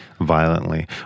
violently